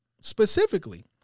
specifically